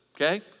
Okay